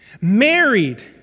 married